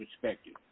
perspective